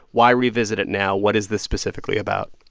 why revisit it now? what is this specifically about?